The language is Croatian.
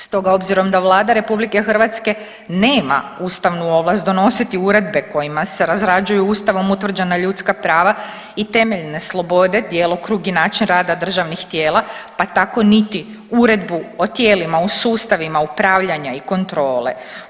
Stoga obzirom da Vlada RH nema ustavnu ovlast donositi uredbe kojima razrađuju Ustavom utvrđena ljudska prava i temeljne slobode, djelokrug i način rada državnih tijela, pa tako niti Uredbu o tijelima u sustavima upravljanja i kontrole.